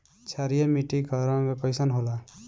क्षारीय मीट्टी क रंग कइसन होला?